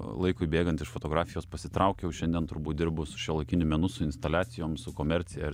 laikui bėgant ir fotografijos pasitraukiau šiandien turbūt dirbu su šiuolaikiniu menu su instaliacijom su komercija ir